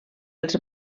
els